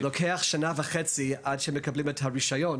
לוקח שנה וחצי עד שמקבלים את הרישיון